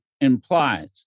implies